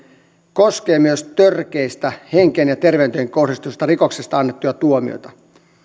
koskee myös törkeistä henkeen ja terveyteen kohdistuvista rikoksista annettuja tuomioita